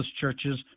churches